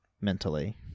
mentally